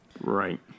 Right